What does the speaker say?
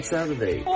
Saturday